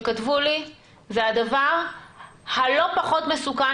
שכתבו לי: "זה הדבר הלא פחות מסוכן,